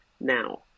Now